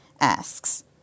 asks